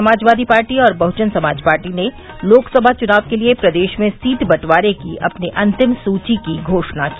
Samajwadi Party और Bahujan Samaj Party ने लोकसभा चुनाव के लिए प्रदेश में सीट बंटवारे की अपनी अंतिम सूची की घोषणा की